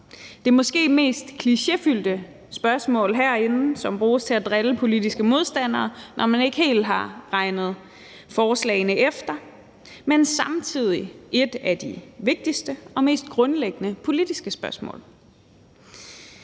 det måske mest klichéfyldte spørgsmål herinde, som bruges til at drille politiske modstandere, når man ikke helt har regnet forslagene efter, men samtidig et af de vigtigste og mest grundlæggende politiske spørgsmål.